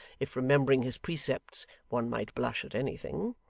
if remembering his precepts, one might blush at anything.